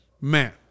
man